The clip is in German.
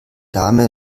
dame